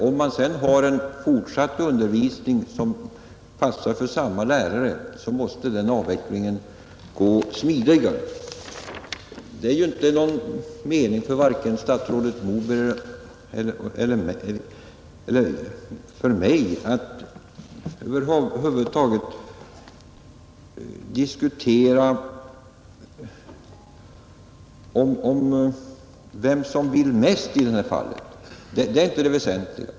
Om man har en fortsatt undervisning som passar för samma lärare är det givet att det måste gå smidigare, Det är ju inte någon mening för vare sig statsrådet Moberg eller mig att diskutera vidare om vem som vill mest i det här fallet.